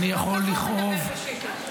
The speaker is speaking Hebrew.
אי-אפשר שקט?